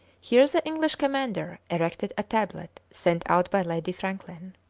here the english commander erected a tablet sent out by lady franklin.